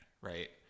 right